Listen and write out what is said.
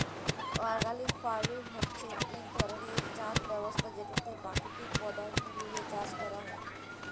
organic farming হছে ইক ধরলের চাষ ব্যবস্থা যেটতে পাকিতিক পদাথ্থ লিঁয়ে চাষ ক্যরা হ্যয়